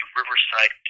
Riverside